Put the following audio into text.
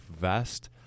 vest